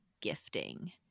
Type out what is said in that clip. gifting